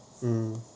mm